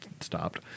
stopped